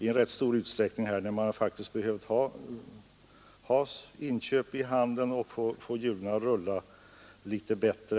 i rätt stor utsträckning, som handeln faktiskt skulle ha behövt för att få hjulen att rulla litet bättre.